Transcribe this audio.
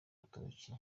rutoki